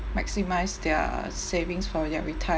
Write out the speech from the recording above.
maximise their savings for their retirement